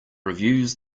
reviews